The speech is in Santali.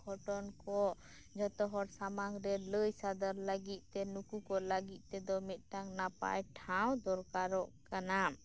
ᱜᱷᱚᱴᱚᱱ ᱠᱚ ᱡᱷᱚᱛᱚᱦᱚᱲ ᱥᱟᱢᱟᱝᱨᱮ ᱞᱟᱹᱭ ᱥᱚᱫᱚᱨ ᱞᱟᱹᱜᱤᱫ ᱛᱮ ᱱᱩᱠᱩ ᱠᱚ ᱞᱟᱹᱜᱤᱫ ᱛᱮᱫᱚ ᱢᱤᱫᱴᱟᱝ ᱱᱟᱯᱟᱭ ᱴᱷᱟᱶ ᱫᱚᱨᱠᱟᱨᱚᱜ ᱠᱟᱱᱟ